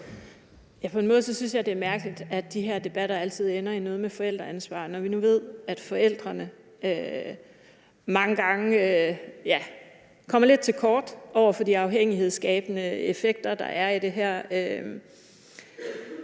På en måde synes jeg, det er mærkeligt, at de her debatter altid ender i noget med forældreansvar, når vi nu ved, at forældrene mange gange kommer lidt til kort over for de afhængighedsskabende effekter, der er i det her.